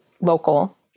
local